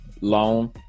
loan